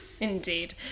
Indeed